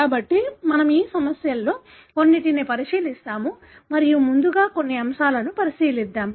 కాబట్టి మనము ఈ సమస్యలలో కొన్నింటిని పరిశీలిస్తాము మరియు ముందుగా కొన్ని అంశాలను పరిశీలిద్దాం